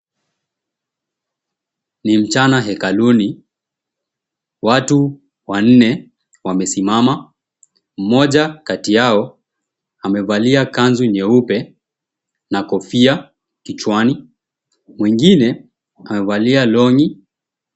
Ni mchana hekaluni, watu wanne wamesimama mmoja kati yao amevalia kanzu nyeupe na kofia kichwani mwingine amevalia longi.